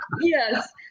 Yes